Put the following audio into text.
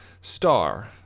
star